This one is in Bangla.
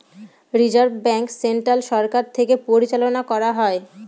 রিজার্ভ ব্যাঙ্ক সেন্ট্রাল সরকার থেকে পরিচালনা করা হয়